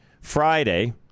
Friday